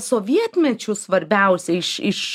sovietmečiu svarbiausia iš iš